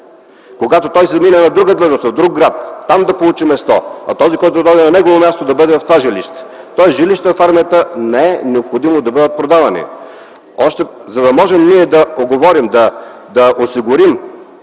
Когато замине на друга длъжност в друг град, там да получи място, а този, който дойде на негово място, да бъде в това жилище. Тоест жилищата в армията не е необходимо да бъдат продавани. За да можем да осигурим